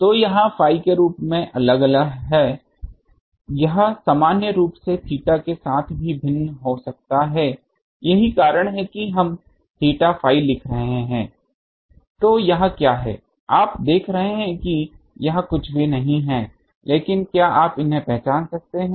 तो यह phi के रूप में अलग अलग है यह सामान्य रूप से थीटा के साथ भी भिन्न हो सकता है यही कारण है कि हम थीटा phi लिख रहे हैं यह क्या है आप देख रहे हैं यह कुछ भी नहीं है लेकिन क्या आप इन्हें पहचान सकते हैं